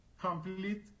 complete